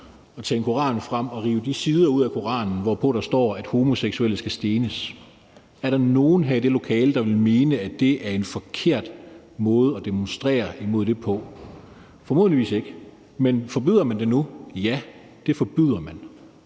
og tager en koran frem og river de sider ud af Koranen, hvorpå der står, at homoseksuelle skal stenes. Er der nogen i det her lokale, der vil mene, at det er en forkert måde at demonstrere imod det på? Formodentlig ikke, men forbyder man det nu? Ja, det forbyder man.